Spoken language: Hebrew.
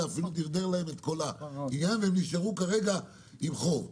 אלא אפילו דרדר להם את כל ה --- וגם אם הם נשארו כרגע עם חוב,